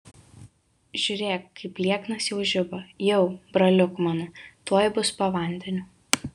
žiūrėk kaip lieknas jau žiba jau braliuk mano tuoj bus po vandeniu